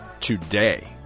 today